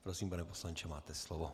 Prosím, pane poslanče, máte slovo.